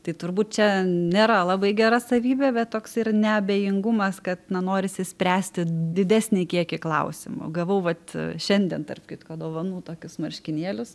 tai turbūt čia nėra labai gera savybė bet toks ir neabejingumas kad na norisi spręsti didesnį kiekį klausimų gavau vat šiandien tarp kitko dovanų tokius marškinėlius